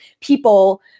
people